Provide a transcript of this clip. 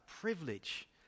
privilege